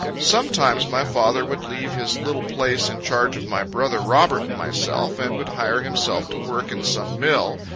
sometimes my father would leave his little place in charge of my brother robert and myself, and would hire himself to work in some mill,